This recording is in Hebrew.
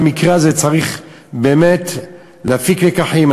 מהמקרה הזה צריך באמת להפיק לקחים.